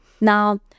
Now